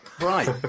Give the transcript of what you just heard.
right